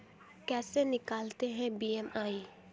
कैसे निकालते हैं बी.एम.आई?